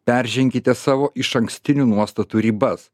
perženkite savo išankstinių nuostatų ribas